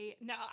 No